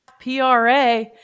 pra